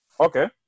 Okay